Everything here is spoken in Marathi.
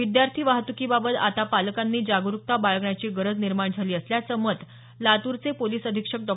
विद्यार्थी वाहतुकीबाबत आता पालकांनी जागरूकता बाळगण्याची गरज निर्माण झाली असल्याचं मत लातूरचे पोलिस अधीक्षक डॉ